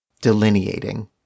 delineating